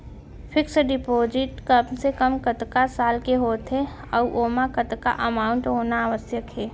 Fix deposit कम से कम कतका साल के होथे ऊ ओमा कतका अमाउंट होना आवश्यक हे?